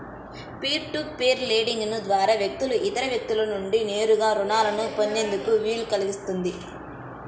peer to peer lending ద్వారా వ్యక్తులు ఇతర వ్యక్తుల నుండి నేరుగా రుణాలను పొందేందుకు వీలు కల్పిస్తుంది